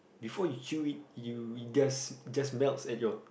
before you chew it you it just just melts at your